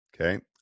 Okay